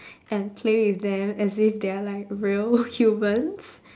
and play with them as if they are like real human